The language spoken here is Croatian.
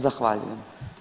Zahvaljujem.